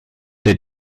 did